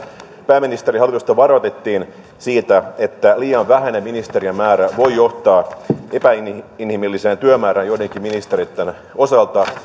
pääministeriä ja hallitusta varoitettiin siitä että liian vähäinen ministerien määrä voi johtaa epäinhimilliseen työmäärään joidenkin ministereitten osalta ja